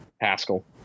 Haskell